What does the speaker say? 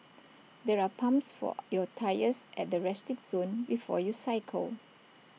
there are pumps for your tyres at the resting zone before you cycle